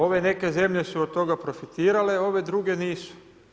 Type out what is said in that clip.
Ove neke zemlje su od toga profitirale ove druge nisu.